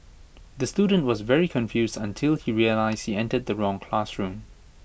the student was very confused until he realised he entered the wrong classroom